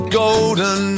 golden